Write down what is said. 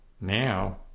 now